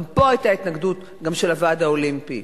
גם פה היתה התנגדות, גם של הוועד האולימפי.